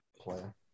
player